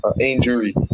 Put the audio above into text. injury